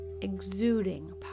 exuding